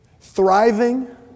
thriving